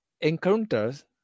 encounters